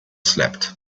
slept